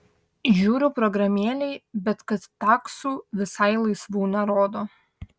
žiūriu programėlėj bet kad taksų visai laisvų nerodo